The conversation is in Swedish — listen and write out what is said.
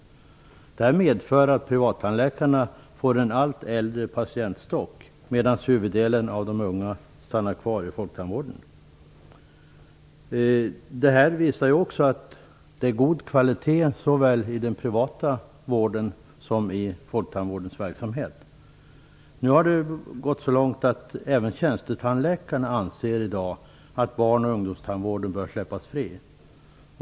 Detta medför att privattandläkarna får en allt äldre patientstock, eftersom huvuddelen av de unga stannar kvar hos folktandvården. Detta visar också att det är god kvalitet såväl i den privata vården som i folktandvårdens verksamhet. Nu har det gått så långt att även tjänstetandläkarna anser i dag att barn och ungdomstandvården bör släppas fri.